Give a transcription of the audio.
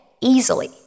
easily